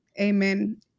Amen